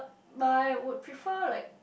but I would prefer like